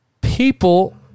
people